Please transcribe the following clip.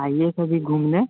आइए कभी घूमने